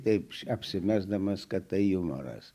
taip apsimesdamas kad tai jumoras